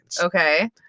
Okay